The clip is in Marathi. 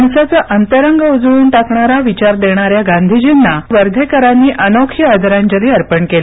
माणसाचं अंतरंग उजळून टाकणारा विचार देणार्याप गांधीजींना काल वर्धेकरांनी अनोखी आदरांजली अर्पण केली